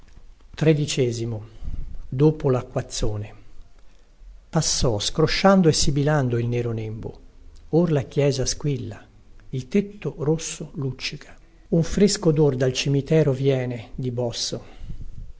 dopo lacquazzone passò strosciando e sibilando il nero nembo or la chiesa squilla il tetto rosso luccica un fresco odor dal cimitero viene di bosso